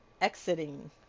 exiting